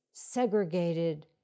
Segregated